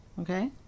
Okay